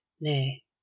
Nay